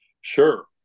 Sure